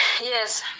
Yes